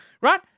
Right